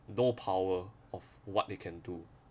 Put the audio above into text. no power of what they can do